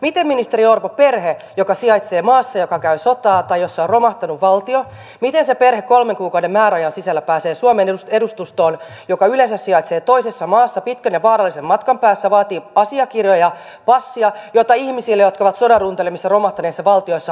miten ministeri orpo perhe joka on maassa joka käy sotaa tai jossa on romahtanut valtio kolmen kuukauden määräajan sisällä pääsee suomen edustustoon joka yleensä sijaitsee toisessa maassa pitkän ja vaarallisen matkan päässä vaatii asiakirjoja passia joita ihmisillä jotka ovat sodan runtelemissa romahtaneissa valtioissa harvoin on